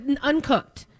uncooked